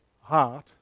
heart